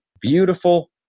beautiful